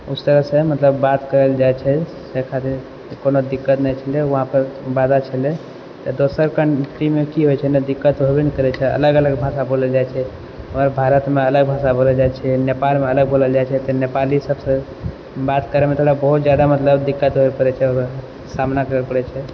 उस तरहसे मतलब बात करल जाइ छै से खातिर कोनो दिक्कत नहि छलै वहाँपर बाधा छलै तऽ दोसर कंट्रीेमे की होइ छै ने दिक्कत होवे ने करै छै अलग अलग भाषा बोलल जाइ छै भारतमे अलग अलग भाषा बोलल जाइ छै नेपालमे अलग बोलल जाइ छै तऽ नेपाली सबसँ बात करैमे थोड़ा बहुत जादा मतलब दिक्कत मतलब हुवऽ पड़ै छै सामना करै पड़ै छै